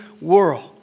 world